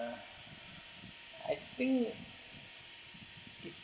I think it's